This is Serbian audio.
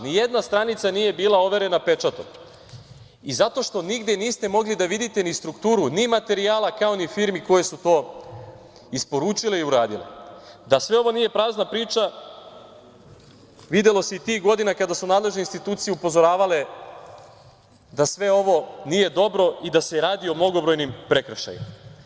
Nijedna stranica nije bila overena pečatom, i zato što nikada niste mogli da vidite ni strukturu ni materijala, kao ni firme koje su to isporučile i uradile, da sve ovo nije prazna priča, videlo se i tih godina kada su nadležne institucije upozoravale da sve ovo nije dobro i da se radi o mnogobrojnim prekršajima.